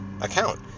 account